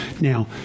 Now